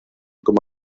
como